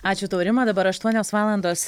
ačiū tau rima dabar aštuonios valandos